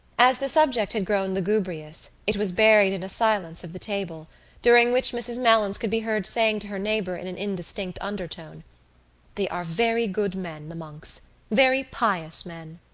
as the subject had grown lugubrious it was buried in a silence of the table during which mrs. malins could be heard saying to her neighbour in an indistinct undertone they are very good men, the monks, very pious men.